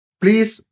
please